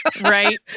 Right